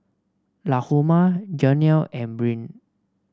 Lahoma Janelle and Brynn